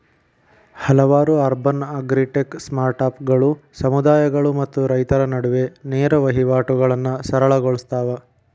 ಹಲವಾರು urban agritech ಸ್ಟಾರ್ಟ್ಅಪ್ಗಳು ಸಮುದಾಯಗಳು ಮತ್ತು ರೈತರ ನಡುವೆ ನೇರ ವಹಿವಾಟುಗಳನ್ನಾ ಸರಳ ಗೊಳ್ಸತಾವ